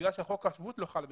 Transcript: כיוון שחוק השבות לא חל באתיופיה,